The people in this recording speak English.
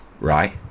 right